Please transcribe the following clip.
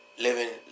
Living